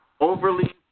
overly